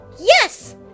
Yes